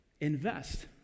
invest